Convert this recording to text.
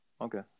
Okay